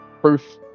Proof